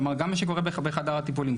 כלומר גם מה שקורה בחדר הטיפולים,